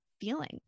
feeling